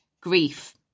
Grief